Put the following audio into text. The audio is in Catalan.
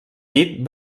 pit